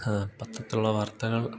പത്രത്തിലുള്ള വാർത്തകൾ